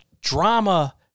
drama